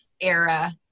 era